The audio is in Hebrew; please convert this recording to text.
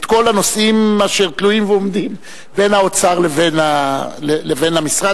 את כל הנושאים אשר תלויים ועומדים בין האוצר לבין המשרד,